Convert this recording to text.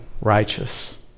righteous